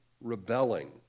rebelling